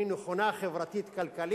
היא נכונה חברתית-כלכלית,